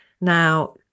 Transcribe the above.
Now